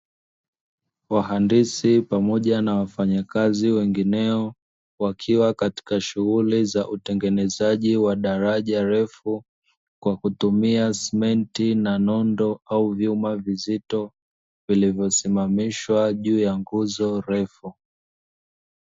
Wahandisi pamoja na wafanyakazi wengineo wakiwa katika shughuli za utengenezaji wa daraja refu, kwa kutumia simenti na nondo au vyuma vizito vilivyosimamishwa juu ya nguzo refu.